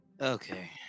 Okay